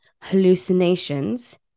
hallucinations